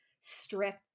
strict